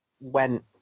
went